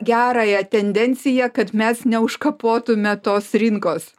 gerąją tendenciją kad mes neužkapotume tos rinkos